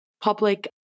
public